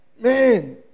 Man